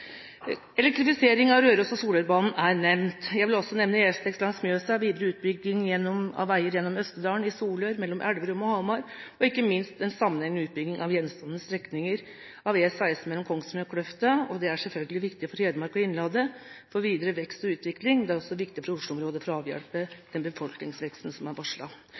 Elektrifisering av Rørosbanen og Solørbanen er nevnt. Jeg vil også nevne E6 langs Mjøsa og videre utbygging av veier gjennom Østerdalen, i Solør, mellom Elverum og Hamar og ikke minst den sammenhengende utbyggingen av gjenstående strekninger av E16 mellom Kongsvinger og Kløfta. Det er selvfølgelig viktig for videre vekst og utvikling i Hedmark og innlandet. Det er også viktig for Oslo-området – for å avhjelpe den befolkningsveksten som er